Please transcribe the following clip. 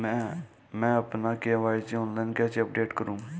मैं अपना KYC online कैसे अपडेट करूँ?